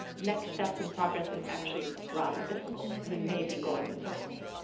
next steps and progress is actually rather difficult. we may be going in circles.